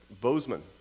Bozeman